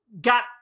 got